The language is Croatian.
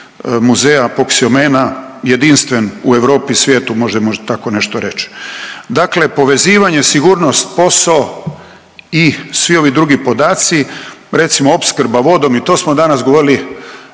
muzeja Apoksiomena, jedinstven u Europi i svijetu možemo tako nešto reći. Dakle, povezivanje, sigurnost, posao i svi ovi drugi podaci, recimo opskrba vodom i to smo danas govorili,